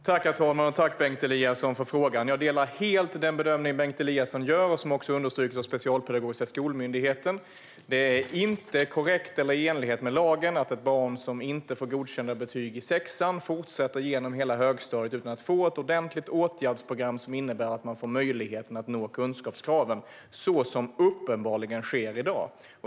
Herr talman! Tack, Bengt Eliasson, för frågan! Jag delar helt din bedömning, som även har understrukits av Specialpedagogiska skolmyndigheten. Det är inte korrekt eller i enlighet med lagen att ett barn som inte får godkända betyg i sexan fortsätter genom hela högstadiet utan att få ett ordentligt åtgärdsprogram som innebär att man får möjlighet att nå kunskapskraven - något som uppenbarligen sker i dag.